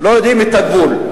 לא יודעים את הגבול.